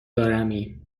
دارمی